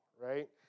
right